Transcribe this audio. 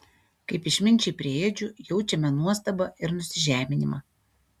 kaip išminčiai prie ėdžių jaučiame nuostabą ir nusižeminimą